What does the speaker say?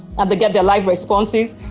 um to get their live responses.